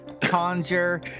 conjure